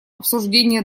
обсуждения